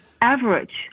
average